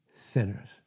sinners